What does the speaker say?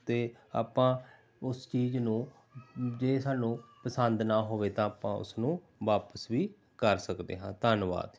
ਅਤੇ ਆਪਾਂ ਉਸ ਚੀਜ਼ ਨੂੰ ਜੇ ਸਾਨੂੰ ਪਸੰਦ ਨਾ ਹੋਵੇ ਤਾਂ ਆਪਾਂ ਉਸ ਨੂੰ ਵਾਪਿਸ ਵੀ ਕਰ ਸਕਦੇ ਹਾਂ ਧੰਨਵਾਦ